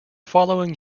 following